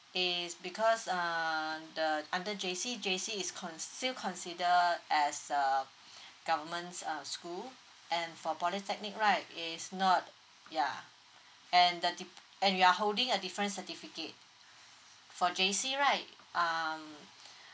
is because uh the under J_C J_C is con~ still consider as uh government's uh school and for polytechnic right is not ya and the di~ and you are holding a different certificate for J_C right um